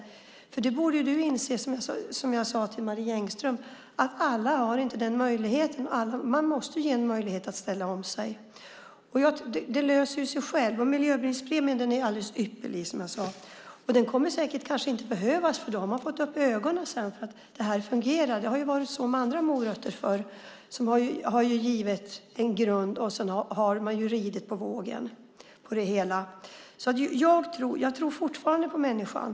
Det borde du inse. Som jag sade till Marie Engström har inte alla den möjligheten. Dock måste alla ges en möjlighet till omställning. Det där löser sig självt. Miljöbilspremien är, som jag tidigare sagt, alldeles ypperlig. Den behövs säkert inte sedan när man fått upp ögonen för att det här fungerar. Det har ju varit så förr med andra morötter att en grund har getts. Sedan har man liksom ridit på vågen. Jag tror fortfarande på människan.